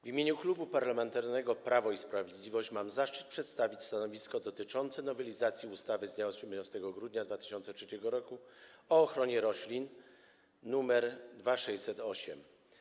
W imieniu Klubu Parlamentarnego Prawo i Sprawiedliwość mam zaszczyt przedstawić stanowisko dotyczące nowelizacji ustawy z dnia 18 grudnia 2003 r. o ochronie roślin, druk nr 2608.